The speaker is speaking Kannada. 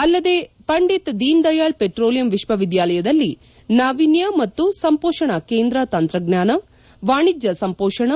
ಅಲ್ಲದೇ ಪಂಡಿತ್ ದೀನ್ ದಯಾಳ್ ಪೆಟ್ರೋಲಿಯಂ ವಿಶ್ವವಿದ್ನಾಲಯದಲ್ಲಿ ನಾವಿನ್ಯ ಮತ್ತು ಸಂಸೋಪಣಾ ಕೇಂದ್ರ ತಂತ್ರಜ್ಞಾನ ವಾಣಿಜ್ಞ ಸಂಸೋಪಣಾ